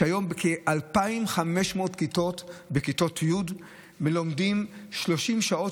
והיום בכ-2,500 כיתות י' לומדים 30 שעות